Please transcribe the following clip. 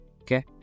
okay